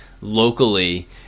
locally